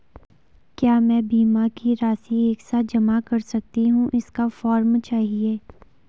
क्या मैं बीमा की राशि एक साथ जमा कर सकती हूँ इसका फॉर्म चाहिए?